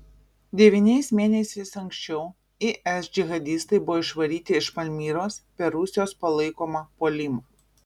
devyniais mėnesiais anksčiau is džihadistai buvo išvaryti iš palmyros per rusijos palaikomą puolimą